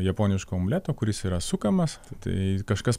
japoniško omleto kuris yra sukamas tai kažkas